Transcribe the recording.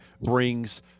brings